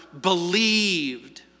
believed